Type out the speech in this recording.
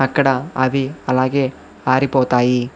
అక్కడ అవి అలాగే ఆరిపోతాయి